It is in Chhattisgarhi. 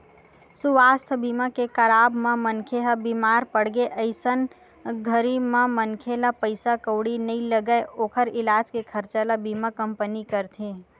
सुवास्थ बीमा के कराब म मनखे ह बीमार पड़गे अइसन घरी म मनखे ला पइसा कउड़ी नइ लगय ओखर इलाज के खरचा ल बीमा कंपनी करथे